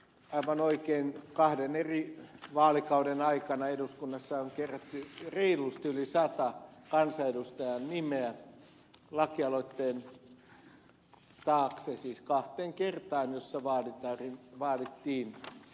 aivan oikein kahden eri vaalikauden aikana eduskunnassa on kerätty reilusti yli sata kansanedustajan nimeä lakialoitteen taakse siis kahteen kertaan jossa vaadittiin rintamasotilastunnuksen uudelleenavaamista